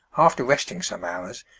after resting some hours,